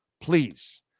Please